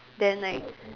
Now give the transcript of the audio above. then like